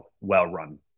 well-run